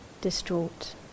distraught